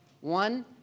One